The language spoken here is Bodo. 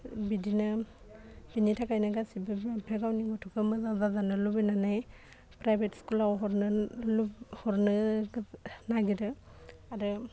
बिदिनो बिनि थाखायनो गासिबो बिमा बिफाया गावनि गथ'खौ मोजां जाजानो लुबैनानै प्राइभेट स्कुलाव हरनो लुग हरनो नागिरो आरो